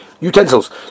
utensils